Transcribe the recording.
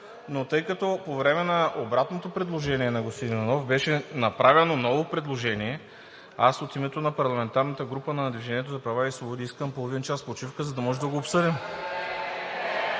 но тъй като по време на обратното предложение на господин Иванов, беше направено ново предложение аз от името на парламентарната група на „Движението за права и свободи“ искам половин час почивка, за да може да го обсъдим.